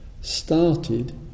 started